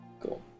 Cool